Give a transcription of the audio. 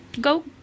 go